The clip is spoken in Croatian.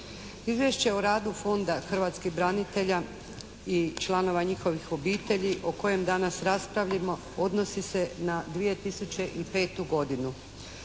Izvješće o radu Fonda hrvatskih branitelja i članova njihovih obitelji o kojem danas raspravimo odnosi se na 2005. godinu